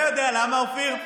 אתה יודע למה, אופיר?